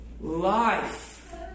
Life